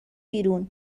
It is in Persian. بیرون